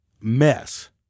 mess